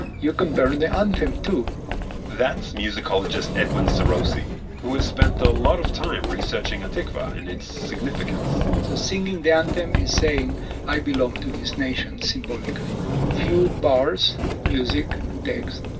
you can burn the anthem too that's musicologist edwin seroussi, who has spent a lot of time researching ha'tikvah and its significance so singing the anthem is saying i belong to this nation symbolically. a few bars of music and text,